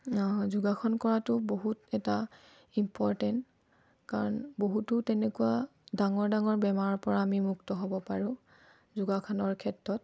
যোগাসন কৰাটো বহুত এটা ইম্পৰ্টেণ্ট কাৰণ বহুতো তেনেকুৱা ডাঙৰ ডাঙৰ বেমাৰৰ পৰা আমি মুক্ত হ'ব পাৰোঁ যোগাসনৰ ক্ষেত্ৰত